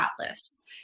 Atlas